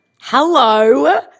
Hello